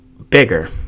bigger